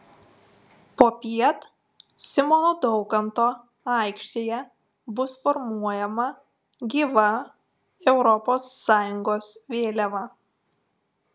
popiet simono daukanto aikštėje bus formuojama gyva europos sąjungos vėliava